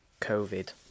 COVID